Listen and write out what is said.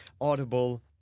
Audible